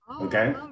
Okay